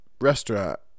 restaurant